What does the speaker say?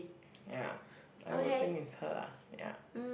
ya I would think is her ah ya